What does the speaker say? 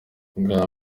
bwa